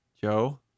Joe